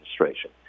administration